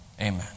Amen